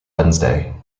wednesday